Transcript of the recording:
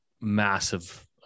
massive